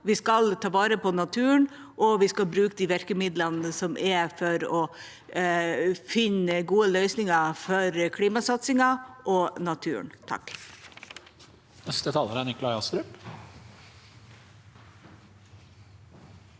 vi skal ta vare på naturen, og vi skal bruke de virkemidlene som er for å finne gode løsninger for klimasatsingen og naturen.